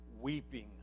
weeping